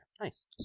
Nice